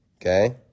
Okay